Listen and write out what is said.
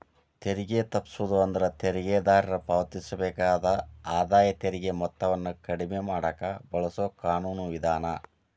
ತೆರಿಗೆ ತಪ್ಪಿಸೋದು ಅಂದ್ರ ತೆರಿಗೆದಾರ ಪಾವತಿಸಬೇಕಾದ ಆದಾಯ ತೆರಿಗೆ ಮೊತ್ತವನ್ನ ಕಡಿಮೆ ಮಾಡಕ ಬಳಸೊ ಕಾನೂನು ವಿಧಾನ